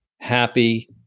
happy